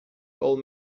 old